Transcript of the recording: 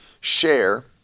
share